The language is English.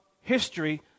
history